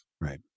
Right